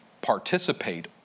participate